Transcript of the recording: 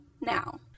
now